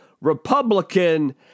REPUBLICAN